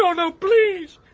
no! no, please!